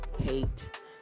hate